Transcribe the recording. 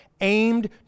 aimed